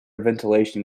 ventilation